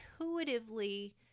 intuitively